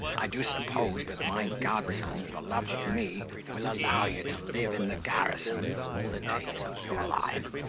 i do suppose that my godson, for love of me, will allow you to live in the garrison all the days of your life.